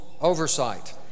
oversight